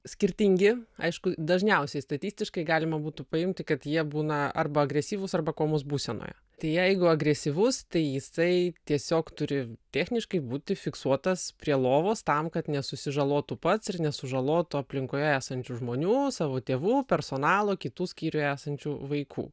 skirtingi aišku dažniausiai statistiškai galima būtų paimti kad jie būna arba agresyvūs arba komos būsenoje tai jeigu agresyvus tai jisai tiesiog turi techniškai būti fiksuotas prie lovos tam kad nesusižalotų pats ir nesužalotų aplinkoje esančių žmonių savo tėvų personalo kitų skyriuje esančių vaikų